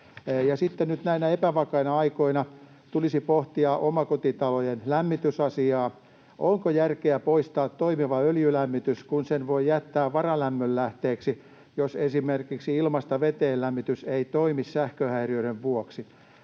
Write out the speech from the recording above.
näinä epävakaina aikoina tulisi pohtia omakotitalojen lämmitysasiaa. Onko järkeä poistaa toimiva öljylämmitys, kun sen voi jättää varalämmönlähteeksi, jos esimerkiksi ilmasta veteen ‑lämmitys ei toimi sähköhäiriöiden vuoksi?